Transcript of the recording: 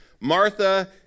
Martha